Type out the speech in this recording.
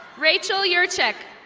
rachel yearcheck.